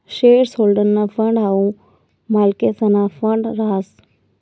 share होल्डर्सना fund हाऊ मालकेसना फंड रहास